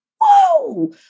Whoa